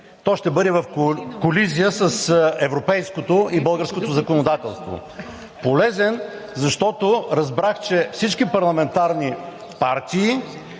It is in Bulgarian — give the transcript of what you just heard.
то ще бъде в колизия с европейското и българското законодателство. Полезен, защото разбрах, че всички парламентарни партии